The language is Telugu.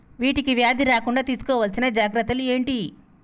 వీటికి వ్యాధి రాకుండా తీసుకోవాల్సిన జాగ్రత్తలు ఏంటియి?